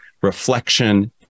reflection